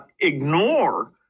ignore